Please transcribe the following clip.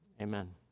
Amen